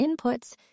inputs